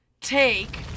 take